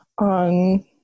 on